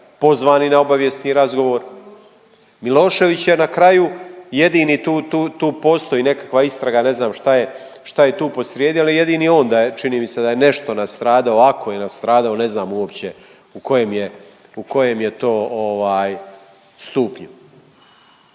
pozvani na obavijesni razgovor? Milošević je na kraju jedini tu postoji nekakva istraga, ne znam šta je tu posrijedi, ali jedini on da je čini mi se da je nešto nastradao, ako je nastradao ne znam uopće u kojem je to stupnju.